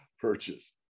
purchase